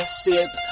sip